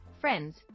friends